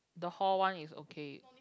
the hall one is okay